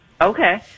Okay